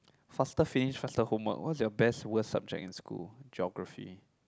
faster finish faster homework what's your best worst subject in school Geography